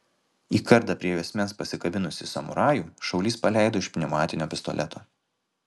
į kardą prie juosmens pasikabinusį samurajų šaulys paleido iš pneumatinio pistoleto